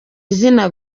izina